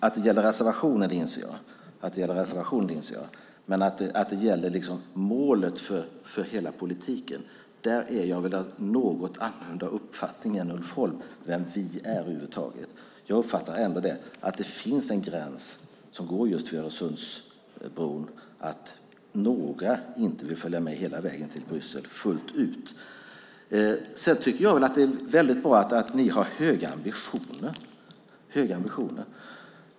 Att det gäller reservationen inser jag, men när det gäller målet för hela politiken är jag väl av en något annorlunda uppfattning än Ulf Holm om vem vi är över huvud taget. Jag uppfattar ändå att det finns en gräns som går just vid Öresundsbron och att några inte fullt ut vill följa med hela vägen till Bryssel. Sedan tycker jag att det är väldigt bra att ni har höga ambitioner.